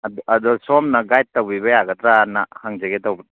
ꯑꯗꯨꯗ ꯁꯣꯝꯅ ꯒꯥꯏꯗ ꯇꯧꯕꯤꯕ ꯌꯥꯒꯗ꯭ꯔꯥꯅ ꯍꯪꯖꯒꯦ ꯇꯧꯕ